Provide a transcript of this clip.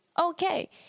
okay